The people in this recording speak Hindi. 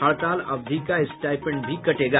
हड़ताल अवधि का स्टाईपेंड भी कटेगा